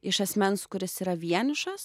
iš asmens kuris yra vienišas